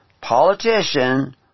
politician